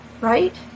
right